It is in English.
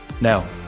Now